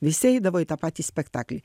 visi eidavo į tą patį spektaklį